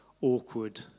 awkward